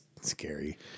scary